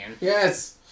Yes